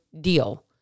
deal